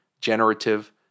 generative